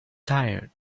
tired